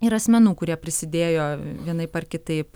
ir asmenų kurie prisidėjo vienaip ar kitaip